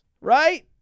right